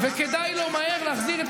אני לא מבינה.